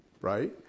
right